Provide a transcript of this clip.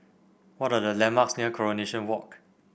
what are the landmarks near Coronation Walk